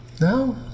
No